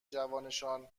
جوانشان